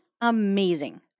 amazing